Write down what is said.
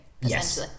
Yes